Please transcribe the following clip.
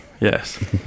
yes